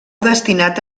destinat